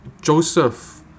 Joseph